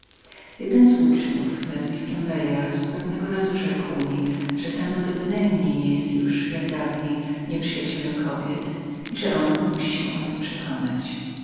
jeden uczeń nazwiskiem veyras pewnego razu rzekł mi że sanudo bynajmniej nie był już jak dawniej nieprzyjacielem kobiet i że on musi się o tem przekonać